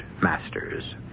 Masters